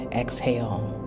exhale